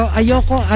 ayoko